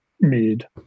mead